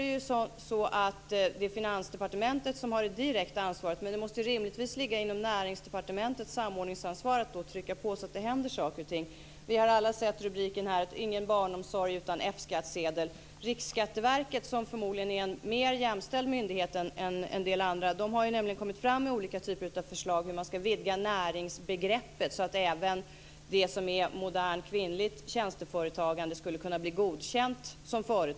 Det är Finansdepartementet som har det direkta ansvaret, men det måste rimligtvis ligga inom Näringsdepartementets samordningsansvar att trycka på att det händer saker och ting. Alla har väl sett rubriken "Ingen barnomsorg utan F-skattsedel". Riksskatteverket - en förmodligen mer jämställd myndighet än andra - har kommit fram med olika typer av förslag för att vidga näringsbegreppet, så att även det som är modernt kvinnligt tjänsteföretagande ska bli godkänt som företag.